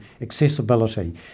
accessibility